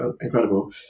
incredible